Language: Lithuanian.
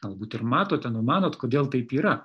galbūt ir matote numanot kodėl taip yra